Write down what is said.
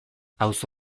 auzo